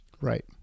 Right